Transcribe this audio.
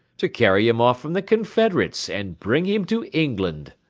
to carry him off from the confederates, and bring him to england.